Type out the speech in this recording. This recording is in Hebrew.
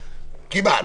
כמעט.